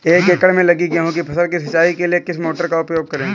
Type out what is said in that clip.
एक एकड़ में लगी गेहूँ की फसल की सिंचाई के लिए किस मोटर का उपयोग करें?